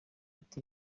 ati